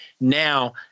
now